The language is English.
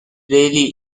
really